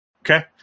Okay